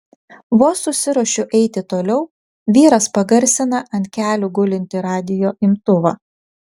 vos susiruošiu eiti toliau vyras pagarsina ant kelių gulintį radijo imtuvą